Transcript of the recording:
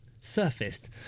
surfaced